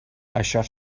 això